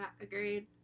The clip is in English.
agreed